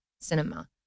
cinema